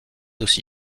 aussi